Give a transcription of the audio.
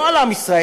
לא על עם ישראל.